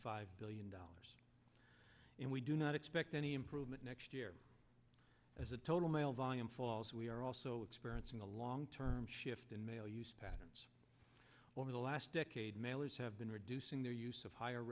five billion dollars and we do not expect any improvement next year as a total mail volume falls we are also experiencing a long term shift in male use patterns over the last decade mailers have been reducing their use of higher